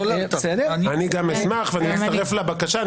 אני מצטרף לבקשה.